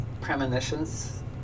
premonitions